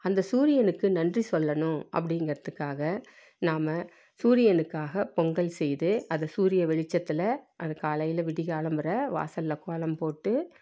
அந்த சூரியனுக்கு நன்றி சொல்லணும் அப்படிங்கறதுக்காக நாம் சூரியனுக்காக பொங்கல் செய்து அதை சூரிய வெளிச்சத்தில் அது காலையில் விடியகாலம்பர வாசலில் கோலம் போட்டு